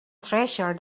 treasure